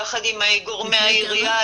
יחד עם גורמי העירייה,